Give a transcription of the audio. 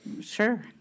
Sure